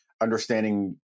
understanding